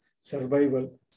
survival